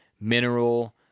mineral